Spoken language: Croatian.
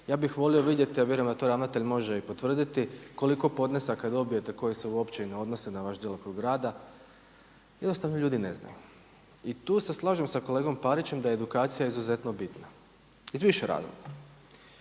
Ja bih volio vidjeti, a vjerujem da to ravnatelj može i potvrditi koliko podnesaka dobijete koji se uopće i ne odnose na vaš djelokrug rada, jednostavno ljudi ne znaju. I tu se slažem sa kolegom Parićem da je edukacija izuzetno bitna iz više razloga.